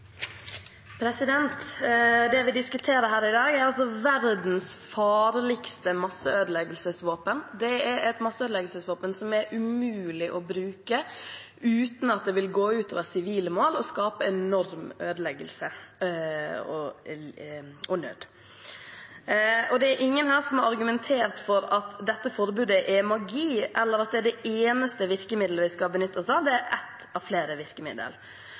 altså verdens farligste masseødeleggelsesvåpen. Det er et masseødeleggelsesvåpen som er umulig å bruke uten at det vil gå ut over sivile mål og skape enorm ødeleggelse og nød. Det er ingen her som har argumentert for at dette forbudet er magi, eller at det er det eneste virkemidlet vi skal benytte oss av. Det er ett av flere